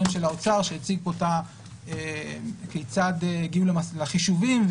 של האוצר שהציג פה כיצד הגיעו לחישובים.